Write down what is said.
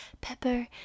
pepper